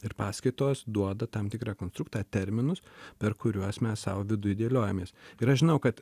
ir paskaitos duoda tam tikrą konstruktą terminus per kuriuos mes sau viduj dėliojamės ir aš žinau kad